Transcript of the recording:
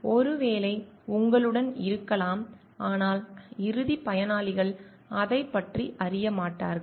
ஒருவேளை உங்களுடன் இருக்கலாம் ஆனால் இறுதிப் பயனாளிகள் அதைப் பற்றி அறிய மாட்டார்கள்